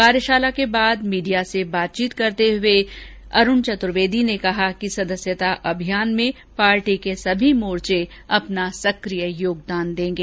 कार्यशाला के बाद मीडिया से बातचीत करते हुए अरूण चतुर्वेदी ने कहा कि सदस्यता अभियान में पार्टी के सभी मोर्चे अपना सक्रिय योगदान देंगे